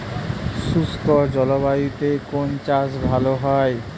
শুষ্ক জলবায়ুতে কোন চাষ ভালো হয়?